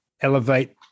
elevate